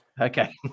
Okay